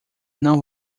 não